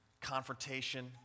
confrontation